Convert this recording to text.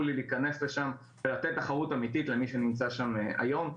לי להיכנס לשם ולתת תחרות אמיתית למי שנמצא שם היום.